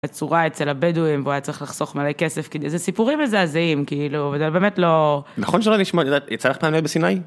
בצורה, אצל הבדואים, בואי, היה צריך לחסוך מלא כסף כדי, זה סיפורים מזעזעים כאילו באמת לא... נכון, שלא נשמע, יצא לך פעם להיות בסיני?